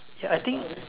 ya I think